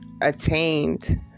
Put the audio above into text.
attained